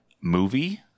movie